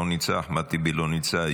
לא נמצא,